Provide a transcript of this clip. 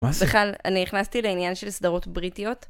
מה זה? בכלל, אני נכנסתי לעניין של סדרות בריטיות.